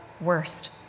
worst